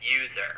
user